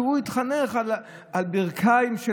שהתחנך על הברכיים של,